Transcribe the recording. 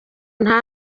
nta